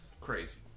crazy